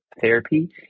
therapy